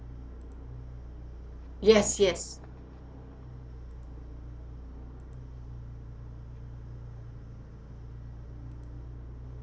yes yes